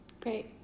Great